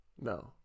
no